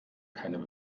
keine